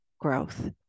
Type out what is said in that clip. growth